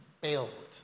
build